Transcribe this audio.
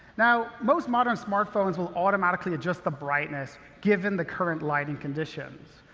now, most modern smartphones will automatically adjust the brightness, given the current lighting conditions.